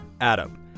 Adam